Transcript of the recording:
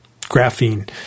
graphene